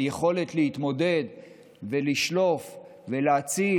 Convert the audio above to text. היכולת להתמודד ולשלוף ולהציל,